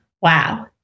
Wow